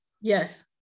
yes